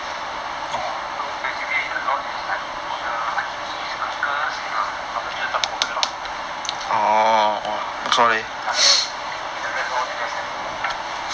so basically a lot is like all the aunties uncles ah 他们就是 so now other than that the rest all N_S_F